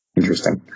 Interesting